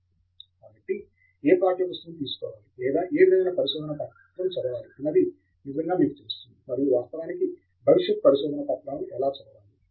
తంగిరాల కాబట్టి ఏ పాఠ్యపుస్తకము తీసుకోవాలి లేదా ఏ విధమైన పరిశోధనా పత్రం చదవాలి అన్నది నిజంగా మీకు తెలుస్తుంది మరియు వాస్తవానికి భవిష్యత్ పరిశోధనా పత్రాలను ఎలా చదవాలి